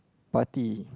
party